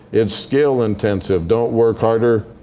it's skill-intensive. don't work harder.